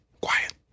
quiet